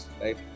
right